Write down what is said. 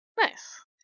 nice